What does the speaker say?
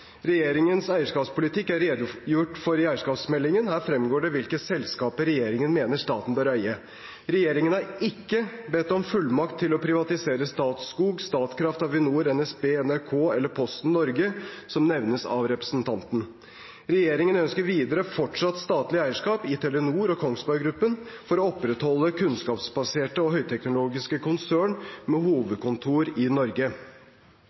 Regjeringens eierskapspolitikk er redegjort for i eierskapsmeldingen. Her fremgår det hvilke selskaper regjeringen mener staten bør eie. Regjeringen har ikke bedt om fullmakt til å privatisere Statskog, Statkraft, Avinor, NSB, NRK eller Posten Norge, som nevnes av representanten. Regjeringen ønsker videre fortsatt statlig eierskap i Telenor og Kongsberg Gruppen for å opprettholde kunnskapsbaserte og høyteknologiske konsern med hovedkontor i Norge.